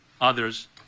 Others